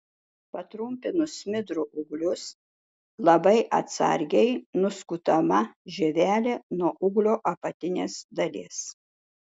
patrumpinus smidrų ūglius labai atsargiai nuskutama žievelė nuo ūglio apatinės dalies